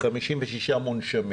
56 מונשמים